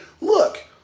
look